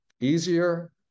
Easier